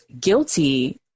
guilty